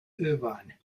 irvine